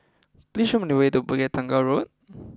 please show me the way to Bukit Tunggal Road